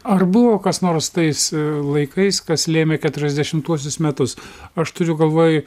ar buvo kas nors tais laikais kas lėmė keturiasdešimtuosius metus aš turiu galvoj